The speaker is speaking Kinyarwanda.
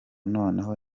noneho